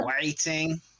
waiting